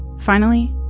finally,